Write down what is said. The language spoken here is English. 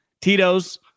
Tito's